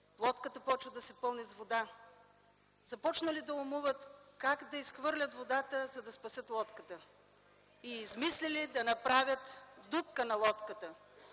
Лодката започнала да се пълни с вода - започнали да умуват как да изхвърлят водата, за да спасят лодката, и измислили да направят дупка на лодката